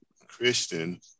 Christian